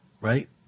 right